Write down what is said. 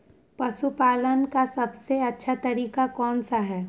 पशु पालन का सबसे अच्छा तरीका कौन सा हैँ?